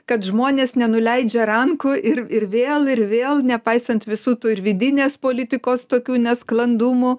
kad žmonės nenuleidžia rankų ir ir vėl ir vėl nepaisant visų tų vidinės politikos tokių nesklandumų